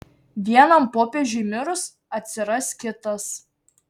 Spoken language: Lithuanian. vienam popiežiui mirus atsiras kitas